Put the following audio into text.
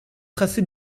tracé